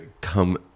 come